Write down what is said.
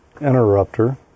interrupter